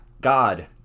god